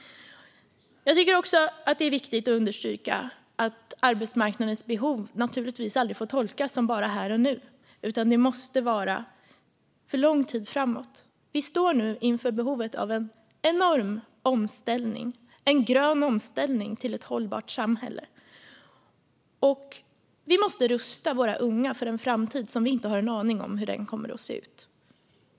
Jag tycker också att det är viktigt att understryka att arbetsmarknadens behov naturligtvis aldrig får tolkas som bara här och nu utan måste vara för lång tid framåt. Vi står nu inför behovet av en enorm omställning, en grön omställning till ett hållbart samhälle, och vi måste rusta våra unga för en framtid som vi inte har en aning om hur den kommer att se ut.